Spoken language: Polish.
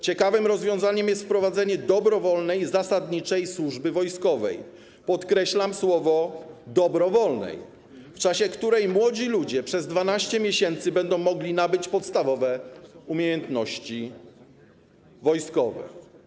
Ciekawym rozwiązaniem jest wprowadzenie dobrowolnej zasadniczej służby wojskowej - podkreślam słowo: dobrowolnej - w czasie której młodzi ludzie przez 12 miesięcy będą mogli nabyć podstawowe umiejętności wojskowe.